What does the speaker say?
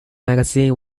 magazine